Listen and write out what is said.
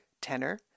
tenor